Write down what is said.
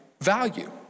value